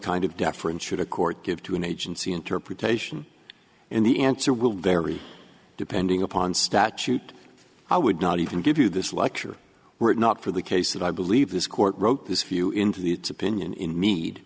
kind of deference should a court give to an agency interpretation and the answer will vary depending upon statute i would not even give you this lecture were it not for the case that i believe this court wrote this view into the it's opinion in need